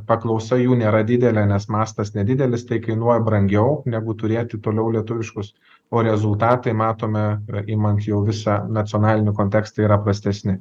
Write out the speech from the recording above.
paklausa jų nėra didelė nes mastas nedidelis tai kainuoja brangiau negu turėti toliau lietuviškus o rezultatai matome ra imant jau visą nacionalinių kontekste yra prastesni